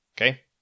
Okay